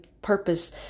purpose